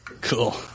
Cool